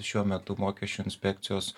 šiuo metu mokesčių inspekcijos